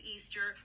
Easter